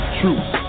truth